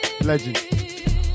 Legend